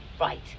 Right